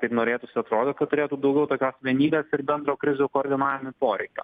taip norėtųsi atrodo kad turėtų daugiau tokios vienybės ir bendro krizių koordinavimui poreikio